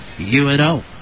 UNO